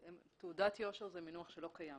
תעודת יושר, זה מינוח שלא קיים.